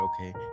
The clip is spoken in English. okay